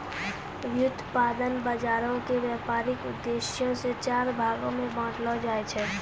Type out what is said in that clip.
व्युत्पादन बजारो के व्यपारिक उद्देश्यो से चार भागो मे बांटलो जाय छै